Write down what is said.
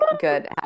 good